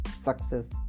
success